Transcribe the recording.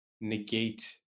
negate